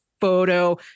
photo